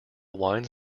winds